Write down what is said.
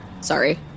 Sorry